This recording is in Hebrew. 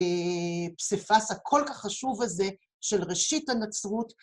פספס הכל כך חשוב הזה של ראשית הנצרות.